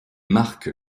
marque